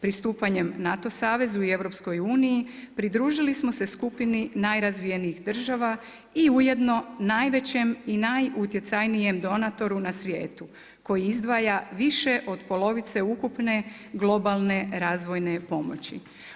Pristupanjem NATO savezu i EU pridružili smo se skupini najrazvijenijih država i ujedno najvećem i najutjecajnijem donatoru na svijetu koji izdvaja više od polovice ukupne globalne razvojne pomoći.